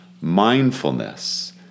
mindfulness